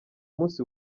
munsi